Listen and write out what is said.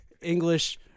English